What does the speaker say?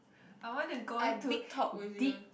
I wanna go into deep